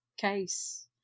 case